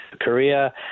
Korea